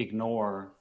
ignore